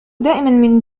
دائمًا